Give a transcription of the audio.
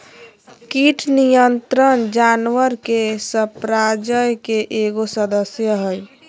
कीट नियंत्रण जानवर के साम्राज्य के एगो सदस्य हइ